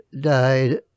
died